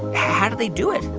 how do they do it?